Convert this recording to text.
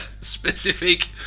specific